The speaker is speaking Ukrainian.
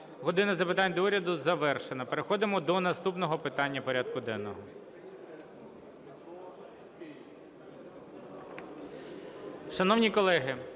"Година запитань до Уряду" завершена. Переходимо до наступного питання порядку денного.